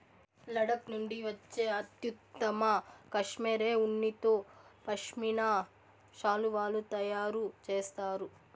లడఖ్ నుండి వచ్చే అత్యుత్తమ కష్మెరె ఉన్నితో పష్మినా శాలువాలు తయారు చేస్తారు